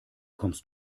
kommst